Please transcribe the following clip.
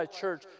church